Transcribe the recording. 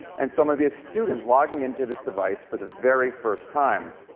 and so maybe a student logging into this device for the very first time.